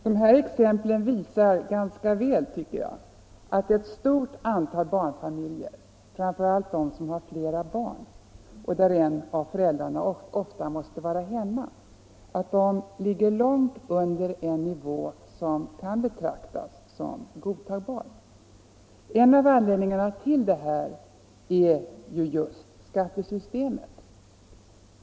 Dessa exempel tycker jag visar ganska väl att ett stort antal barnfamiljer, framför allt de som har flera barn och där en av föräldrarna ofta måste vara hemma, ligger långt under en nivå som kan betraktas som godtagbar. En av anledningarna till detta är just skattesystemet.